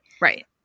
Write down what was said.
right